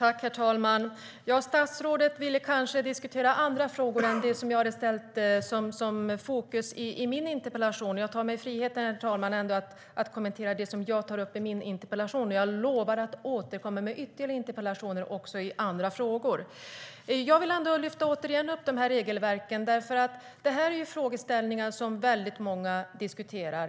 Herr talman! Statsrådet vill kanske diskutera andra frågor än dem som jag hade fokuserat på i min interpellation. Jag tar mig friheten att kommentera det som jag tar upp i interpellationen, och jag lovar att återkomma med ytterligare interpellationer, också i andra frågor. Jag vill återigen lyfta upp regelverken. Det är frågor som många diskuterar.